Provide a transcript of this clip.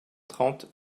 trente